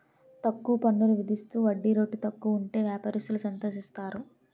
తక్కువ పన్నులు విధిస్తూ వడ్డీ రేటు తక్కువ ఉంటే వ్యాపారస్తులు సంతోషిస్తారు